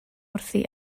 wrthi